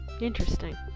Interesting